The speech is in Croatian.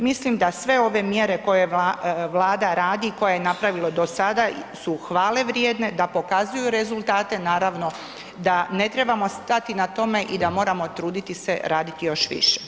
Mislim da sve ove mjere koje Vlada radi i koje je napravila do sada su hvale vrijedne, da pokazuju rezultate, naravno da ne trebamo stati na tome i da moramo truditi se raditi još više.